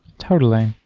totally.